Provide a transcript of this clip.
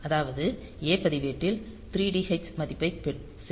அதாவது A பதிவேட்டில் 3dh மதிப்பை சேர்ப்பது